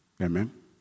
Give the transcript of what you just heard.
Amen